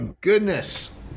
goodness